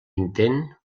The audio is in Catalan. intent